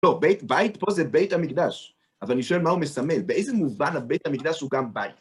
לא, בית, בית פה זה בית המקדש. אבל אני שואל מה הוא מסמל? באיזה מובן הבית המקדש הוא גם בית?